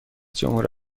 جمهور